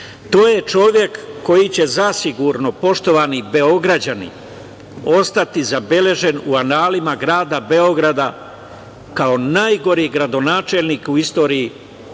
je čovek koji će zasigurno, poštovani Beograđani, ostati zabeležen u analima grada Beograda kao najgori gradonačelnik u istoriji